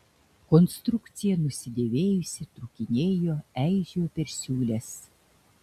konstrukcija nusidėvėjusi trūkinėjo eižėjo per siūles